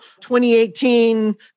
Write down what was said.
2018